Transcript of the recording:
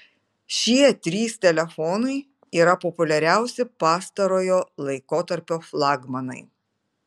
šie trys telefonai yra populiariausi pastarojo laikotarpio flagmanai